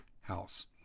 House